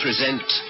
present